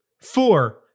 Four